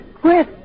Quit